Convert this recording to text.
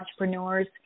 entrepreneurs